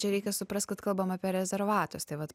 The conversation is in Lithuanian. čia reikia suprast kad kalbam apie rezervatus tai vat